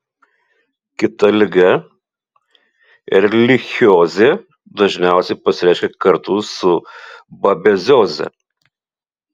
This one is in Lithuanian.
kita liga erlichiozė dažniausiai pasireiškia kartu su babezioze